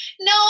No